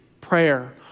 prayer